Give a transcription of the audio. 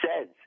says